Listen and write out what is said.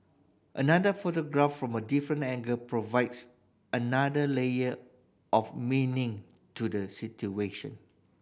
another photograph from a different angle provides another layer of meaning to the situation